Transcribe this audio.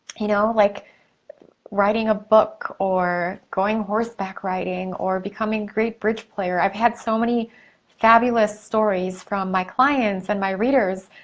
you know like writing a book, or going horseback riding, or becoming great bridge player, i've had so many fabulous stories from my clients and my readers,